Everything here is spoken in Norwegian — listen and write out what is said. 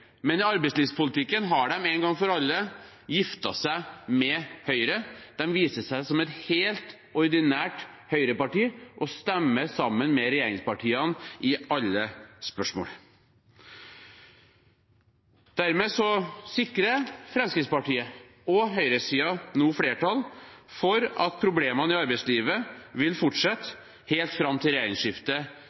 men i arbeidslivspolitikken har de en gang for alle giftet seg med Høyre. De viser seg som et helt ordinært høyreparti og stemmer sammen med regjeringspartiene i alle spørsmål. Dermed sikrer Fremskrittspartiet og høyresiden nå flertall for at problemene i arbeidslivet vil fortsette helt fram til regjeringsskiftet